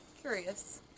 Curious